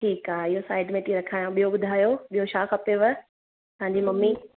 ठीकु आहे इहो साइड में थी रखायांव ॿियो ॿुधायो छा खपेव तव्हांजी ममी